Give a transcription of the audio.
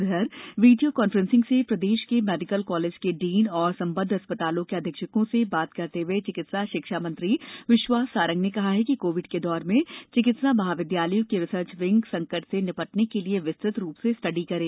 उघर video conferencing से प्रदेश के मेडिकल कॉलेज के डीन और संबद्ध अस्पतालों के अधीक्षकों से बात करते हुए चिकित्सा शिक्षा मंत्री विश्वास कैलाश सारंग ने कहा है कि कोविड के दौर में चिकित्सा महाविद्यालयों की रिसर्च विंग संकट से निपटने के लिये विस्तृत रूप से स्टडी करे